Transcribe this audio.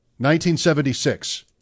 1976